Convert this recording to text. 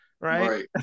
Right